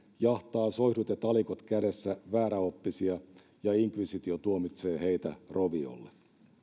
jahtaa soihdut ja talikot kädessä vääräoppisia ja inkvisitio tuomitsee heitä roviolle